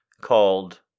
called